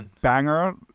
banger